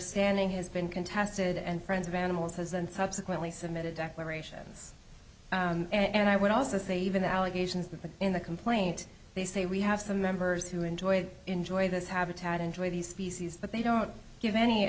standing has been contested and friends of animals has and subsequently submitted declarations and i would also say even allegations that the in the complaint they say we have the members who enjoy enjoy this habitat enjoy these species but they don't give any